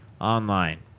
online